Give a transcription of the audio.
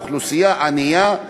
אוכלוסייה ענייה,